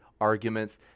arguments